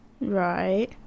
right